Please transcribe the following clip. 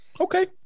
Okay